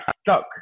stuck